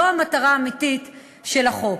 זו המטרה האמיתית של החוק.